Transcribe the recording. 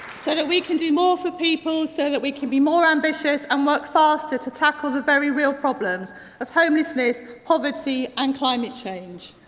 so that we can do more for people, so that we can be more ambitious and work faster to tackle the very real problems of homelessness, poverty and climate change.